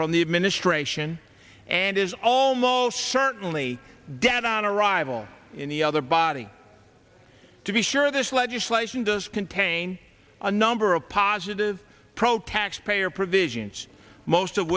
from the administration and is almost certainly dead on arrival in the other body to be sure this legislation does contain a number of positive pro taxpayer provisions most of